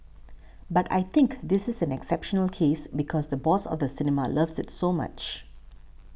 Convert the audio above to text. but I think this is an exceptional case because the boss of the cinema loves it so much